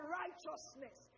righteousness